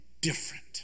different